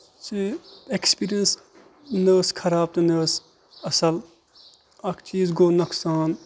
سُے اٮ۪کسپرینس نہ ٲسۍ خراب تہٕ نہ ٲسۍ اَصٕل اکھ چیٖز گوٚو نۄقصان